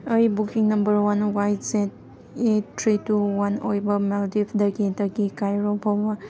ꯑꯩ ꯕꯨꯛꯀꯤ number one Y Z eight three two one ꯑꯣꯏꯕ ꯃꯥꯜꯗꯤꯞꯇꯒꯤ ꯗꯒꯤ ꯀꯥꯏꯔꯣ ꯐꯥꯎꯕ